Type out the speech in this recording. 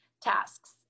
tasks